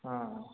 ಹಾಂ